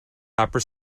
opera